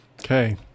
okay